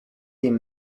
team